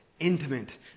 intimate